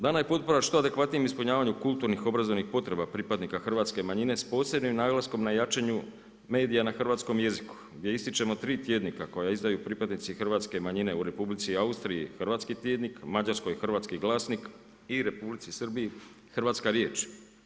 Dana je potpora što adekvatnijem ispunjavanju kulturnih, obrazovnih potreba pripadnika hrvatske manjine s posebnim naglaskom na jačanju medija na hrvatskom jeziku gdje ističemo tri tjednika koja izdaju predstavnici hrvatske manjine u Republici Austriji Hrvatski tjednik, Mađarskoj Hrvatski glasnik i Republici Srbiji Hrvatska riječ.